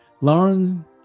Lauren